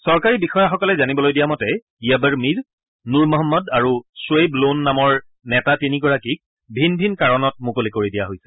চৰকাৰী বিষয়াসকলে জানিবলৈ দিয়া মতে য়াবৰ মীৰ নুৰ মহম্মদ আৰু শ্বোৱেইব লোন নামৰ নেতা তিনিগৰাকীক ভিন ভিন কাৰণত মুকলি কৰি দিয়া হৈছে